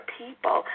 people